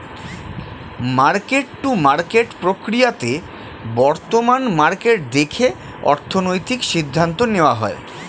market to market প্রক্রিয়াতে বর্তমান market দেখে অর্থনৈতিক সিদ্ধান্ত নেওয়া হয়